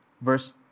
Verse